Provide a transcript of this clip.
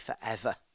forever